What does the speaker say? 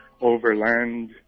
overland